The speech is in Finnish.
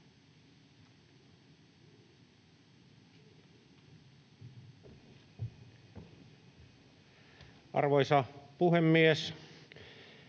Arvoisa puhemies!